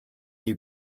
you